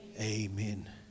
Amen